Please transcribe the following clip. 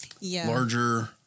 larger